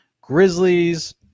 Grizzlies